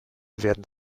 werden